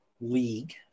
league